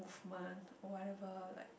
men or whatever like